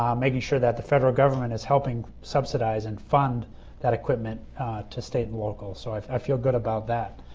um making sure that the federal government is helping subsidize and fund that equipment to state and local. so, i feel good about that.